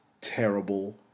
terrible